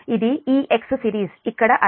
ఇది ఈ x series ఇక్కడ అర్థం